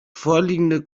vorliegende